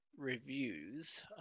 reviews